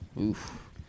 Oof